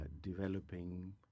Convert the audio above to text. developing